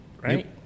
Right